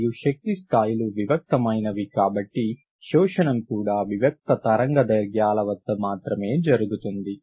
మరియు శక్తి స్థాయిలు వివిక్తమైనవి కాబట్టి శోషణం కూడా వివిక్త తరంగదైర్ఘ్యాల వద్ద మాత్రమే జరుగుతుంది